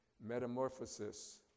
metamorphosis